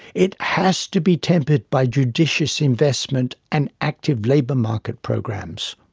it has to be tempered by judicious investment and active labour market programmes.